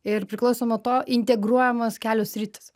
ir priklauso nuo to integruojamos kelios sritys